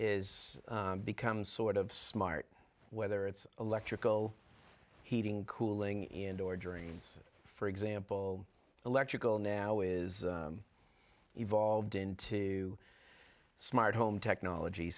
is become sort of smart whether it's electrical heating cooling indoor drains for example electrical now is evolved into smart home technology